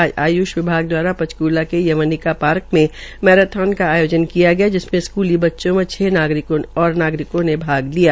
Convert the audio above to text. आज आय्ष विभाग द्वारा पंचकूला के यवनिका पार्क मे मेराथल का आयोजन किया गया जिसमें स्कूली बच्चों व नागरिकों ने भाग लिया